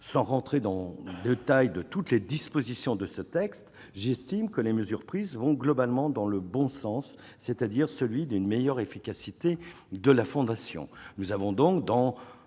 sans rentrer dans le détail de toutes les dispositions de ce texte, j'estime que les mesures prises vont globalement dans le bon sens, c'est-à-dire celui d'une meilleure efficacité de la fondation,